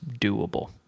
doable